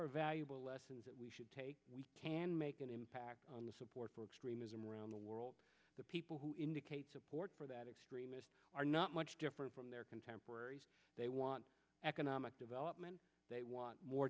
are valuable lessons that we should take we can make an impact on the support for extremism around the world the people who indicate support for that extremist are not much different from their contemporaries they want economic development they want more